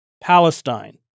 Palestine